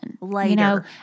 Later